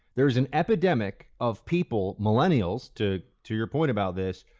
there was an epidemic of people, millennials, to to your point about this,